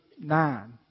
nine